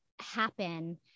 happen